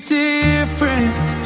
different